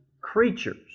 creatures